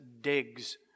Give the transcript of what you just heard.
digs